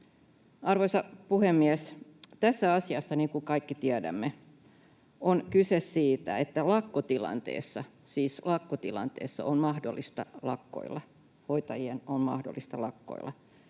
Arvoisa puhemies! Tässä asiassa, niin kuin kaikki tiedämme, on kyse siitä, että lakkotilanteessa — siis lakkotilanteessa: on mahdollista lakkoilla,